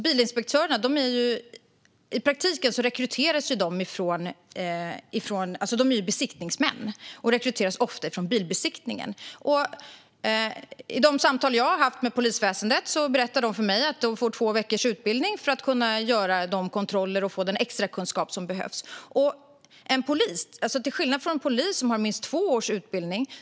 Bilinspektörerna är ju besiktningsmän och rekryteras ofta från bilbesiktningen. I de samtal jag har haft med polisen har man berättat för mig att bilinspektörerna får två veckors utbildning för att få den extrakunskap som behövs för att göra kontroller. Det är en väldig skillnad jämfört med en polis, som har minst två års utbildning.